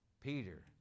Peter